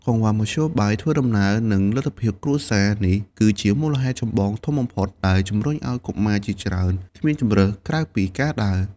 កង្វះមធ្យោបាយធ្វើដំណើរ និងលទ្ធភាពគ្រួសារ នេះគឺជាមូលហេតុចម្បងបំផុតដែលជំរុញឲ្យកុមារជាច្រើនគ្មានជម្រើសក្រៅពីការដើរ។